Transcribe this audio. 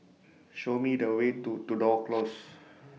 Show Me The Way to Tudor Close